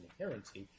inherency